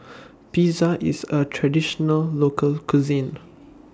Pizza IS A Traditional Local Cuisine